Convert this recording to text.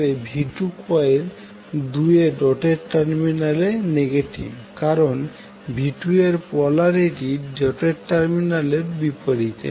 তবে v2 coil 2 এর dotted টার্মিনালে নেগেটিভ কারণ v2 এর পোলারিটি ডটেড টার্মিনালের বিপরীতে